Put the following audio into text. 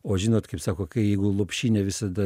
o žinot kaip sako kai jeigu lopšinė visada